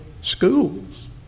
schools